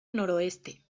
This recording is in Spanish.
noroeste